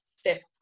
fifth